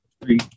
three